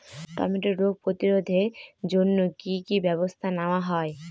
টমেটোর রোগ প্রতিরোধে জন্য কি কী ব্যবস্থা নেওয়া হয়?